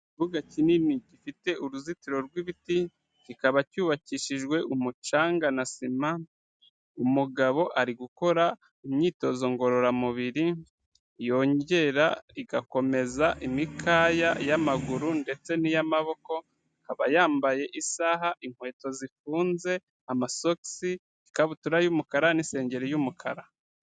Ikibuga kinini gifite uruzitiro rw'ibiti, kikaba cyubakishijwe umucanga na sima, umugabo ari gukora imyitozo ngororamubiri, yongera igakomeza imikaya y'amaguru ndetse n'iy'amaboko, akaba yambaye isaha, inkweto zifunze, amasogi, ikabutura y'umukara n'insengeri y'umukara.